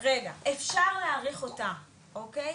-- רגע, אפשר להאריך אותה, אוקיי?